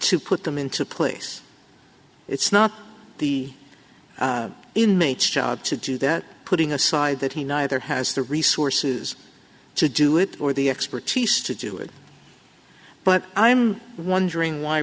to put them into place it's not the inmates job to do that putting aside that he neither has the resources to do it or the expertise to do it but i'm wondering why